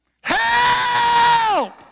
Help